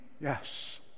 Yes